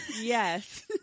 Yes